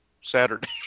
Saturday